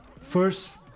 First